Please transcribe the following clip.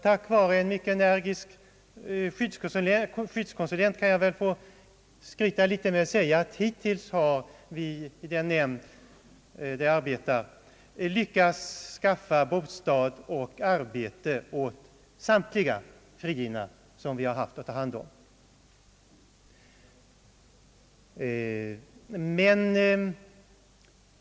Tack vare en mycket energisk skyddskonsulent kan jag skryta med att hittills har den övervakningsnämnd där jag är ordförande lyckats skaffa bostad och arbete åt samtliga frigivna som vi haft att ta hand om.